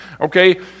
Okay